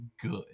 good